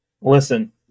Listen